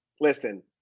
listen